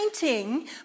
painting